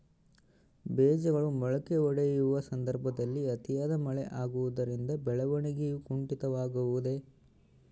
ಬೇಜಗಳು ಮೊಳಕೆಯೊಡೆಯುವ ಸಂದರ್ಭದಲ್ಲಿ ಅತಿಯಾದ ಮಳೆ ಆಗುವುದರಿಂದ ಬೆಳವಣಿಗೆಯು ಕುಂಠಿತವಾಗುವುದೆ?